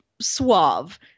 suave